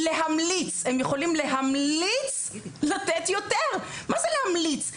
הם יכולים להמליץ לתת יותר, מה זה להמליץ?